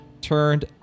turned